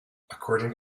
according